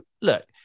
look